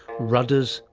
rudders,